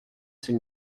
s’il